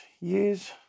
years